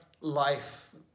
life